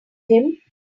him